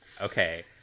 okay